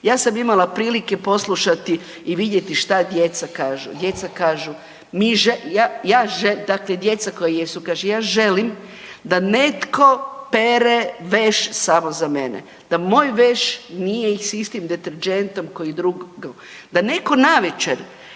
ja sam imala prilike poslušati i vidjeti šta djeca kažu. Djeca kažu, mi, ja, dakle djeca koja jesu kažu ja želim da netko pere veš samo za mene, da moj veš nije sa istim deterdžentom kao i drugi, da netko navečer